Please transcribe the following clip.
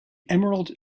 emerald